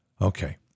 Okay